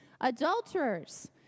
Adulterers